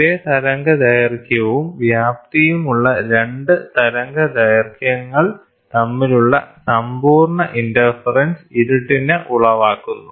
ഒരേ തരംഗദൈർഘ്യവും വ്യാപ്തിയും ഉള്ള രണ്ട് തരംഗദൈർഘ്യങ്ങൾ തമ്മിലുള്ള സമ്പൂർണ ഇന്റർഫെറെൻസ് ഇരുട്ടിനെ ഉളവാക്കുന്നു